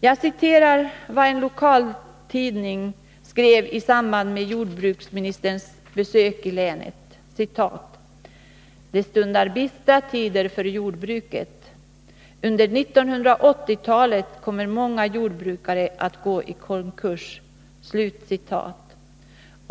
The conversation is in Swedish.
Jag återger vad en lokaltidning skrev i samband med jordbruksministerns besök i länet: Det stundar bistra tider för jordbruket. Under 1980-talet kommer många jordbrukare att gå i konkurs.